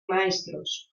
maestros